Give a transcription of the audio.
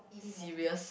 serious